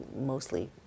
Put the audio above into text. mostly